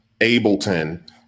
Ableton